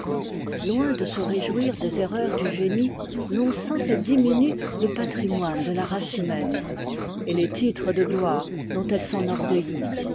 loin de se réjouir des erreurs du génie l'on sent qu'elles diminuent le patrimoine de la race humaine et les titres de gloire dont elle s'enorgueillit